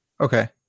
Okay